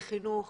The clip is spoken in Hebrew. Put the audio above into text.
לחינוך.